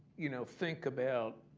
you know, think about,